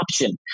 option